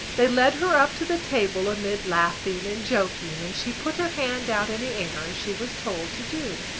they led her up to the table amid laughing and joking and she put her hand out in the air as she was told to do.